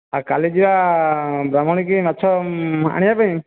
କାଲି ଯିବା ବ୍ରାହ୍ମଣୀକୁ ମାଛ ଆଣିବା ପାଇଁ